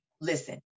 listen